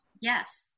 Yes